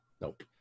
Nope